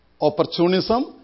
opportunism